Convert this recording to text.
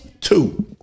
Two